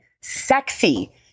sexy